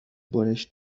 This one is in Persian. برش